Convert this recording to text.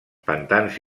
pantans